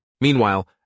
Meanwhile